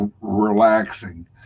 relaxing